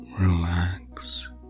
relax